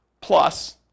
Plus